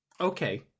okay